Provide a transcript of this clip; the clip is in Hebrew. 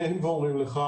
אומרים לך: